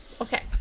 Okay